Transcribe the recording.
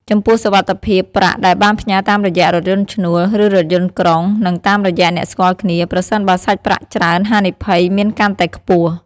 ចំពោះសុវត្ថិភាពប្រាក់ដែលបានផ្ញើរតាមរយៈរថយន្តឈ្នួល ឬរថយន្តក្រុងនិងតាមរយៈអ្នកស្គាល់គ្នា ប្រសិនបើសាច់ប្រាក់ច្រើនហានិភ័យមានកាន់តែខ្ពស់។